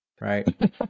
Right